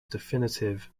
definitive